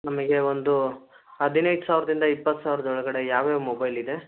ನಮಗೆ ಒಂದು ಹದಿನೈದು ಸಾವಿರದಿಂದ ಇಪ್ಪತ್ತು ಸಾವಿರದ ಒಳಗಡೆ ಯಾವ್ಯಾವ ಮೊಬೈಲ್ ಇದೆ